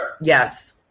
Yes